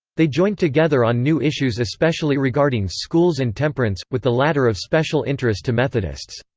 they joined together on new issues especially regarding schools and temperance, with the latter of special interest to methodists.